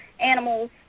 animals